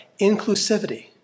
inclusivity